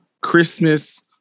Christmas